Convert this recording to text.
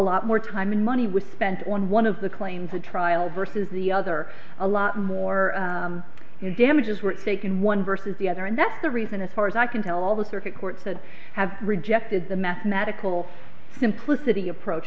lot more time and money was spent on one of the claims the trial versus the other a lot more in damages were taken one versus the other and that's the reason as far as i can tell the circuit courts that have rejected the mathematical simplicity approach